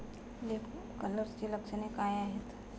Leaf कर्लची लक्षणे काय आहेत?